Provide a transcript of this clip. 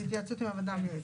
בהתייעצות עם הוועדה המייעצת.